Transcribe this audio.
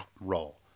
Roll